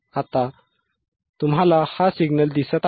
आता तुम्हाला हा सिग्नल दिसत आहे